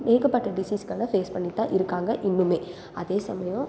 ஏகப்பட்ட டிசீஸ்களை ஃபேஸ் பண்ணிட்டு தான் இருக்காங்க இன்னுமே அதே சமயம்